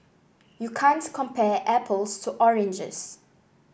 you can't compare apples to oranges